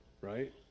right